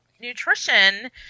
nutrition